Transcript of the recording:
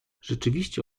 rzeczywiście